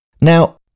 Now